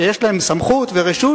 שיש להם סמכות ורשות